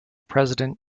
president